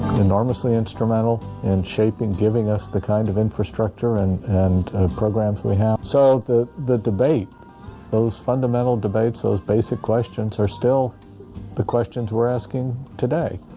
enormously instrumental in shaping giving us the kind of infrastructure and and programs we have so the the debate those fundamental debates those basic questions are still the questions we're asking today,